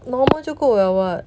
normal 就够了 [what]